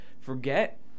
Forget